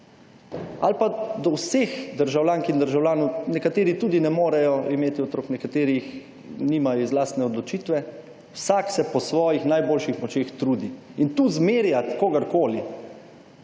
ali pa do vseh državljank in državljanov, nekateri tudi ne morejo imeti otrok, nekateri jih nimajo iz lastne odločitve, vsak se po svojih najboljših močeh trudi. In tu zmerjati kogarkoli,